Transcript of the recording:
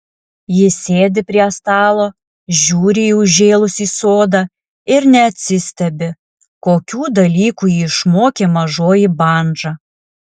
jis sėdi prie stalo žiūri į užžėlusį sodą ir neatsistebi kokių dalykų jį išmokė mažoji bandža